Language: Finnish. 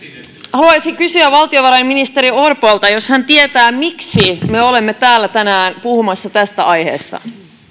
haluaisin kysyä valtiovarainministeri orpolta josko hän tietää miksi me olemme täällä tänään puhumassa tästä aiheesta